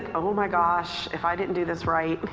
oh my gosh, if i didn't do this right,